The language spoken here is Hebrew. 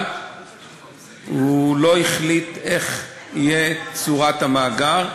אבל הוא לא החליט מה תהיה צורת המאגר.